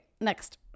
next